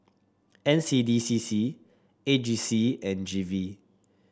N C D C C A G C and G V